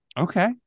Okay